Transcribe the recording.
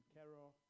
Carol